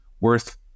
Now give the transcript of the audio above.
worth